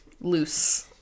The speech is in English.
Loose